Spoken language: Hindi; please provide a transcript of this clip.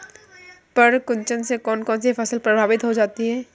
पर्ण कुंचन से कौन कौन सी फसल प्रभावित हो सकती है?